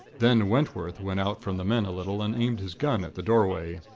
then wentworth went out from the men a little, and aimed his gun at the doorway.